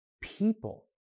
people